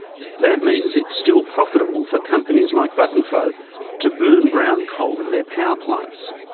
that means it's still profitable for companies like vattenfall to burn brown coal in their power plants,